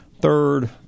Third